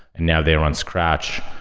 and now they're on scratch.